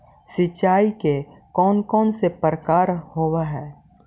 सिंचाई के कौन कौन से प्रकार होब्है?